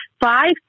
five